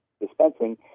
dispensing